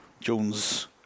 Jones